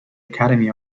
academy